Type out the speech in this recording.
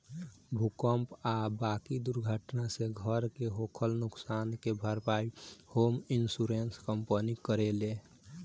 भूकंप आ बाकी दुर्घटना से घर के होखल नुकसान के भारपाई होम इंश्योरेंस कंपनी करेले